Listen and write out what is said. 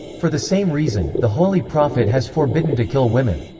for the same reason, the holy prophet has forbidden to kill women.